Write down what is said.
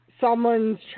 someone's